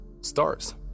Stars